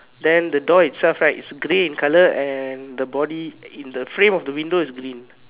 then the door itself right is grey in color and the body in the frame of the window is green